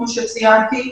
כמו שציינתי.